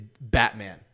Batman